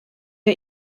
der